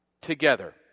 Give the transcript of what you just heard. together